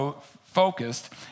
focused